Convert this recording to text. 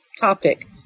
topic